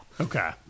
Okay